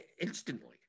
instantly